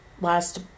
last